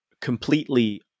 completely